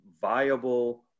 viable